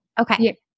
Okay